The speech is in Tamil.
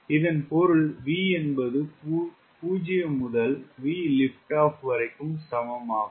இதன் பொருள் V என்பது 0 முதல் VLO வரைக்கும் சமம் ஆகும்